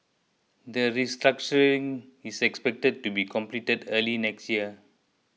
the restructuring is expected to be completed early next year